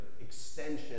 extension